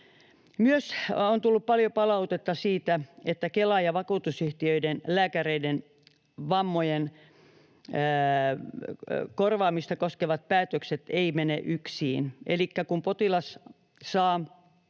Myös on tullut paljon palautetta siitä, että Kelan ja vakuutusyhtiöiden lääkäreiden vammojen korvaamista koskevat päätökset eivät mene yksiin.